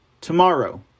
tomorrow